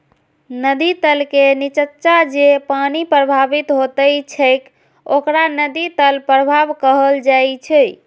नदी तल के निच्चा जे पानि प्रवाहित होइत छैक ओकरा नदी तल प्रवाह कहल जाइ छै